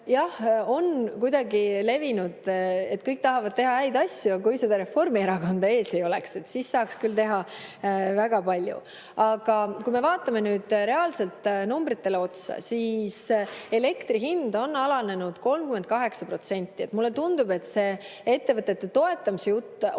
Jah, on kuidagi levinud, et kõik tahavad teha häid asju, ja kui seda Reformierakonda ees ei oleks, siis saaks küll teha väga palju. Aga kui me vaatame reaalselt numbritele otsa, siis elektri hind on alanenud 38%. Mulle tundub, et see ettevõtete toetamise jutt on